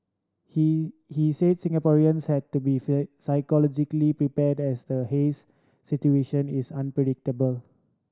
he he said Singaporeans had to be psychologically prepared as the haze situation is unpredictable